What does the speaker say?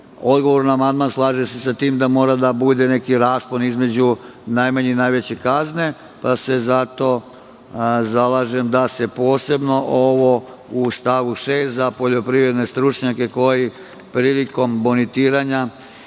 odgovoru na amandman slaže se sa tim da mora da bude neki raspon između najmanje i najveće kazne, pa se zato zalažem da se posebno ovo u stavu 6. - poljoprivredni stručnjaci koji prilikom bonitiranja